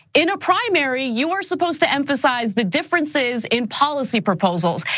in a primary, you were supposed to emphasize the differences in policy proposals.